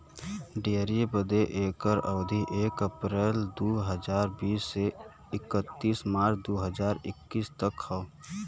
dairy बदे एकर अवधी एक अप्रैल दू हज़ार बीस से इकतीस मार्च दू हज़ार इक्कीस तक क हौ